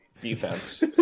defense